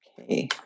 Okay